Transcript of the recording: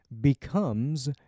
becomes